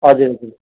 हजुर हजुर